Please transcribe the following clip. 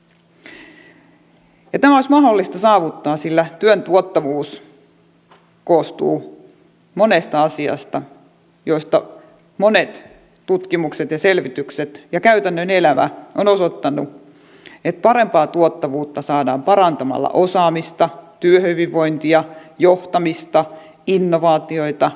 tämä olisi mahdollista saavuttaa sillä työn tuottavuus koostuu monesta asiasta joista monet tutkimukset ja selvitykset ja käytännön elämä ovat osoittaneet että parempaa tuottavuutta saadaan parantamalla osaamista työhyvinvointia johtamista innovaatioita ja luottamusta